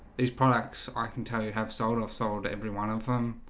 these products i can tell you have sold. i've sold every one of them.